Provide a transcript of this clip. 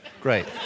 great